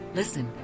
listen